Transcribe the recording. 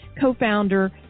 co-founder